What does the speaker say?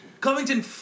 Covington